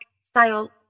style